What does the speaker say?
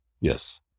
Yes